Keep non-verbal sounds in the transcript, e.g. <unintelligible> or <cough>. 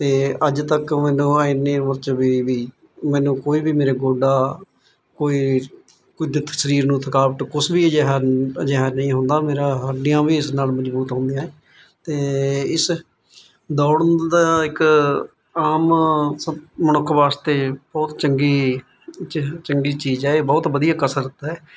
ਤੇ ਅੱਜ ਤੱਕ ਮੈਨੂੰ <unintelligible> ਵੀ ਮੈਨੂੰ ਕੋਈ ਵੀ ਮੇਰੇ ਗੋਡਾ ਕੋਈ ਕੁਦਤ ਸਰੀਰ ਨੂੰ ਥਕਾਵਟ ਕੁਛ ਵੀ ਅਜਿਹਾ ਅਜਿਹਾ ਨਹੀਂ ਹੁੰਦਾ ਮੇਰਾ ਹੱਡੀਆਂ ਵੀ ਇਸ ਨਾਲ ਮਜਬੂਤ ਹੁੰਦੀਆ ਤੇ ਇਸ ਦੌੜਨ ਦਾ ਇੱਕ ਆਮ ਮਨੁੱਖ ਵਾਸਤੇ ਬਹੁਤ ਚੰਗੀ ਚੰਗੀ ਚੀਜ਼ ਐ ਇਹ ਬਹੁਤ ਵਧੀਆ ਕਸਰਤ ਹੈ